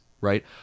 right